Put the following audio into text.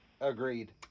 Agreed